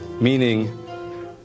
meaning